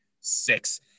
six